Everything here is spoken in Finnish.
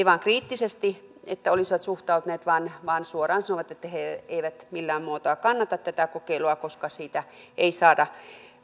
vain erittäin kriittisesti suhtautuneet vaan vaan suoraan sanoivat että he eivät millään muotoa kannata tätä kokeilua koska siitä ei saada